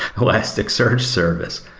elasticsearch service?